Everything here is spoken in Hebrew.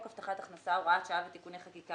הבטחת הכנסה (הוראת שעה ותיקוני חקיקה),